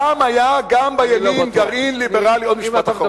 פעם היה גם בימין גרעין ליברלי, אני לא בטוח.